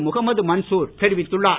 முகமது மன்சூர் தெரிவித்துள்ளார்